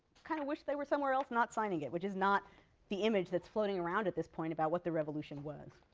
kind of wished they were somewhere else not signing it' which is not the image that's floating around at this point about what the revolution was.